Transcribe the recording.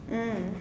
mm